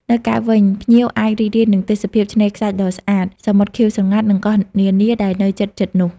នៅកែបវិញ ភ្ញៀវអាចរីករាយនឹងទេសភាពឆ្នេរខ្សាច់ដ៏ស្អាត សមុទ្រខៀវស្រងាត់ និងកោះនានាដែលនៅជិតៗនោះ។